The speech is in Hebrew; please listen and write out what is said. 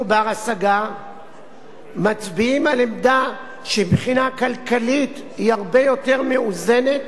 בר-השגה מצביעים על עמדה שמבחינה כלכלית היא הרבה יותר מאוזנת